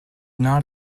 not